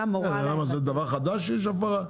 מורה להם -- מה זה דבר חדש שיש הפרה?